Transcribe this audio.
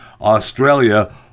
Australia